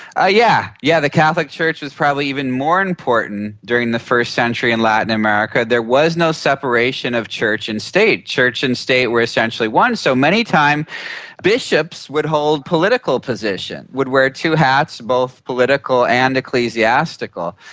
ah yeah yeah the catholic church was probably even more important during the first century in latin america. there was no separation of church and state. church and state were essentially one, so many times bishops would hold political positions, would wear two hats, both political and ecclesiastical.